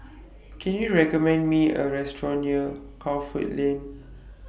Can YOU recommend Me A Restaurant near Crawford Lane